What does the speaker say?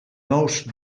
nous